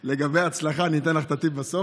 לגבי ההצלחה, אני אתן לך את הטיפ בסוף.